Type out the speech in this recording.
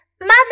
Mother